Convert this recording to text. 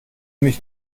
mich